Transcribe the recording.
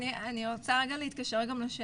אז אני רוצה להתקשר רגע גם לשאלה